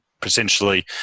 potentially